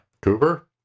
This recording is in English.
Cooper